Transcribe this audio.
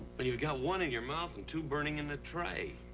but you've got one in your mouth and two burning in the tray.